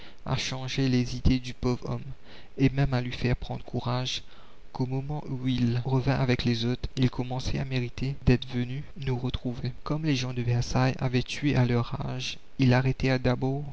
à changer les idées du pauvre homme et même à lui faire prendre courage qu'au moment où il revint avec les autres il commençait à mériter d'être venu nous retrouver comme les gens de versailles avaient tué à leur rage ils arrêtèrent d'abord